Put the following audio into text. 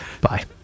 Bye